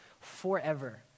forever